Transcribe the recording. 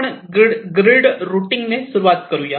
आपण grid routing सुरुवात करूया